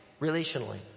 relationally